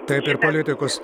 taip ir politikus